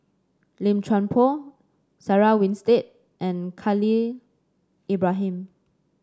Lim Chuan Poh Sarah Winstedt and Khalil Ibrahim